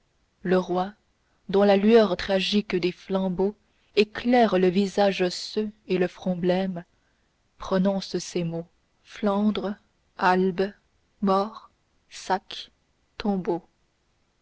le roi dont la lueur tragique des flambeaux éclaire le visage osseux et le front blême prononce ces mots flandre albe morts sacs